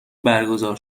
برگزار